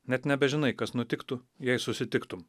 net nebežinai kas nutiktų jei susitiktum